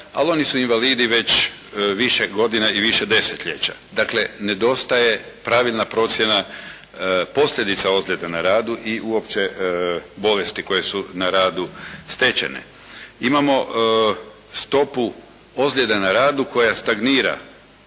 ali oni su invalidi već više godina i više desetljeća. Dakle, nedostaje pravilna procjena posljedica ozljeda na radu i uopće bolesti koje su na radu stečene. Imamo stopu ozljeda na radu koja stagnira